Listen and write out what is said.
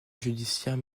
judiciaire